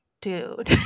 dude